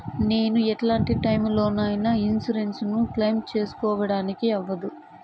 నేను ఎట్లాంటి టైములో నా ఇన్సూరెన్సు ను క్లెయిమ్ సేసుకోవడానికి అవ్వదు?